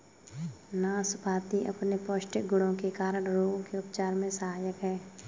नाशपाती अपने पौष्टिक गुणों के कारण रोगों के उपचार में सहायक है